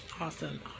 Awesome